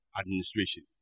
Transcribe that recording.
administration